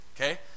Okay